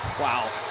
wow,